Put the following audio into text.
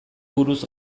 buruz